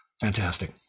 Fantastic